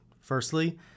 firstly